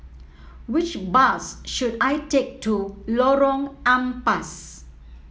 which bus should I take to Lorong Ampas